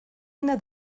una